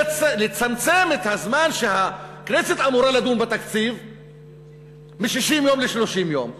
ולצמצם את הזמן שהכנסת אמורה לדון בתקציב מ-60 יום ל-30 יום.